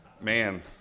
man